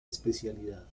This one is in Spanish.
especialidad